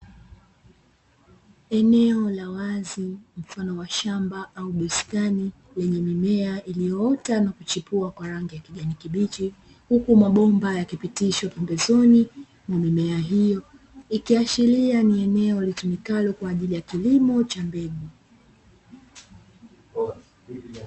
Eneo la wazi mfano wa shamba au bustani yenye mimea iliyoota na kuchipua kwa rangi ya kijani kibichi. Huku mabomba yakipitishwa pembezoni mwa mimea hiyo, ikiashiria ni eneo litumikalo kwa ajili ya kilimo cha mbegu.